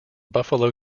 buffalo